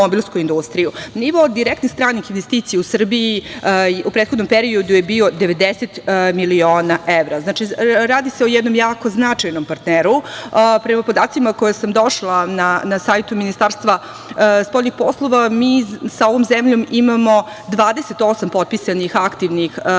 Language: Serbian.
Nivo direktnih stranih investicija u Srbiji u prethodnom periodu je bio 90 miliona evra. Znači, radi se o jednom jako značajnom partneru. Prema podacima koje sam došla na sajtu Ministarstva spoljnih poslova, mi sa ovom zemljom imamo 28 potpisanih aktivnih međunarodnih